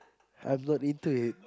I've got retweet